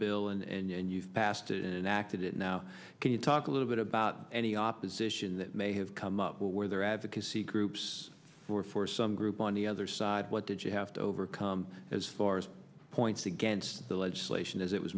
bill and you passed it and acted it now can you talk a little bit about any opposition that may have come up where there advocacy groups or for some group on the other side what did you have to overcome as far as points against the legislation as it was